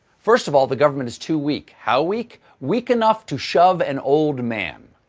first of all, the government is too weak. how weak? weak enough to shove an old man.